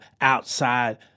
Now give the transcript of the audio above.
outside